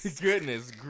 Goodness